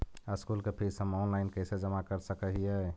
School के fees हम online कैसे जमा कर सक हिय?